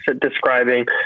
describing